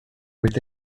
with